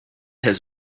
has